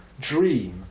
dream